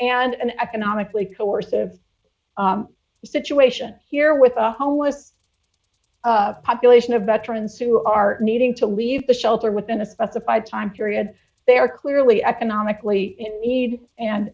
and an economically coercive situation here with a home with population of veterans who are needing to leave the shelter within a specified time period they are clearly economically in need and